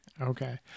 Okay